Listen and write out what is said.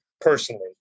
personally